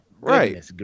Right